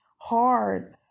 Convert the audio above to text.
hard